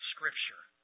Scripture